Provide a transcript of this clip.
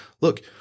look